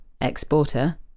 exporter